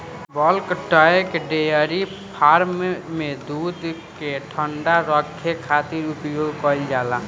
bulk tank dairy farm में दूध के ठंडा रखे खातिर उपयोग कईल जाला